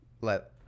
let